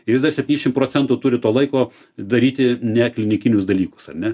jis dar septyniasdešim procentų turi to laiko daryti ne klinikinius dalykus ar ne